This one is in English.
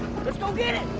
let's go get it!